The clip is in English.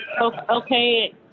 Okay